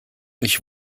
ich